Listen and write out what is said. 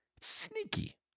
sneaky